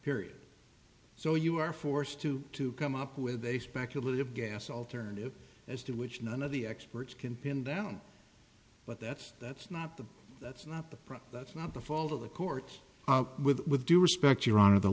period so you are forced to to come up with a speculative gas alternative as to which none of the experts can pin down but that's that's not the that's not the problem that's not the fault of the court with due respect your honor the